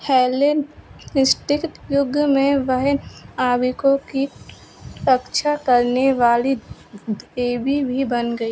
Helen निस्टिक युग में वह आविकों की रक्षा करने वाली देवी भी बन गई